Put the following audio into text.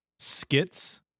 skits